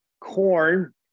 corn